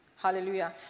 Hallelujah